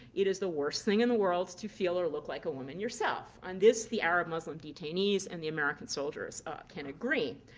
it is the worst thing in the world to feel or look like a woman yourself. on this the arab muslim detainees and the american soldiers can agree.